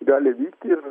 gali vykti ir